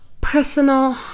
personal